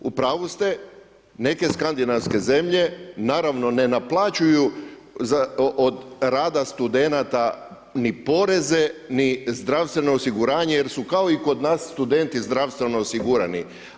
U pravu ste, neke skandinavske zelje, naravno ne naplaćuju od rada studenata ni poreze, ni zdravstveno osiguranje, jer su kao i kod nas studenti zdravstveno osigurani.